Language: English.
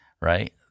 right